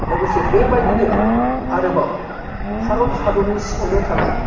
लोगोसे बे बायदिनो आरोबाव भारत हादरनि सिङावनो थानाय